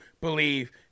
believe